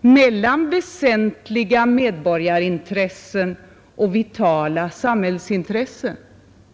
mellan väsentliga medborgarintressen och vitala samhällsintressen?